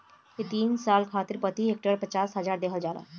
इ तीन साल खातिर प्रति हेक्टेयर पचास हजार देहल जाला